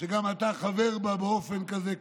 שגם אתה חבר בה באופן כזה,